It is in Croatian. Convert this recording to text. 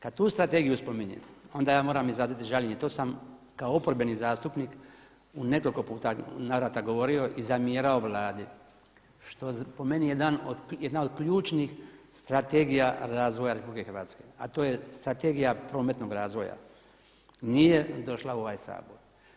Kada tu strategiju spominjem, onda ja moram izraziti žaljenje, to sam kao oporbeni zastupnik u nekoliko puta, navrata govorio i zamjerao Vladi što po meni je jedna od ključnih strategija razvija RH a to je Strategija prometnog razvoja, nije došla u ovaj Sabor.